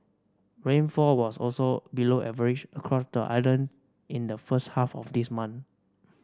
rainfall was also below average across the island in the first half of this month